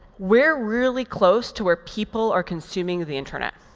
we're really close to where people are consuming the internet.